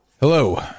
Hello